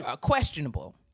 questionable